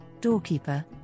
doorkeeper